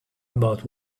about